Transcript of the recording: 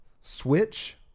Switch